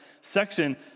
section